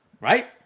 Right